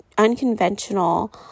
unconventional